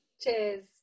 Cheers